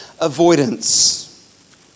avoidance